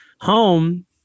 home